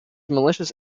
malicious